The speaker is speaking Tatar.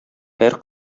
һәр